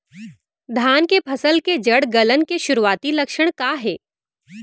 धान के फसल के जड़ गलन के शुरुआती लक्षण का हे?